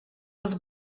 was